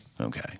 Okay